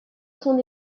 son